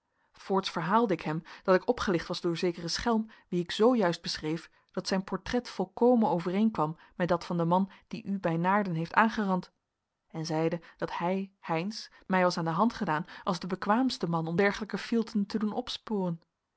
voorts verhaalde ik hem dat ik opgelicht was door zekeren schelm wien ik zoo juist beschreef dat zijn portret volkomen overeenkwam met dat van den man die u bij naarden heeft aangerand en zeide dat hij heynsz mij was aan de hand gedaan als de bekwaamste man om dergelijke fielten te doen opsporen